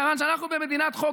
מכיוון שאנחנו במדינת חוק